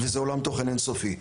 וזה עולם תוכן אין-סופי.